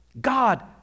God